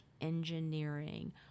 engineering